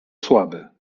słaby